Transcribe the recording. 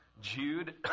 Jude